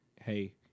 hey